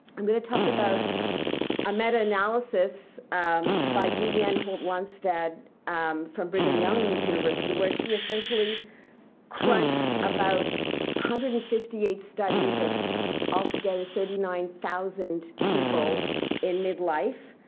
i'm going to talk about a meta-analysis by julianne holt-lunstad from brigham young university, where she essentially crunched about one hundred and fifty eight studies of altogether thirty nine thousand people in mid life.